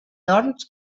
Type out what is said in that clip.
doncs